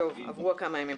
עברו כמה ימים.